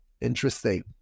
interesting